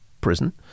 prison